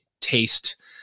taste